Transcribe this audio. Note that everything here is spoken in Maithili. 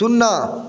सुन्ना